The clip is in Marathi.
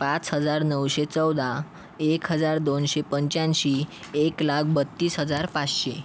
पाच हजार नऊशे चौदा एक हजार दोनशे पंचाऐंशी एक लाख बत्तीस हजार पाचशे